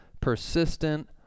persistent